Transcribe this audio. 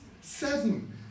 seven